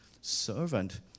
servant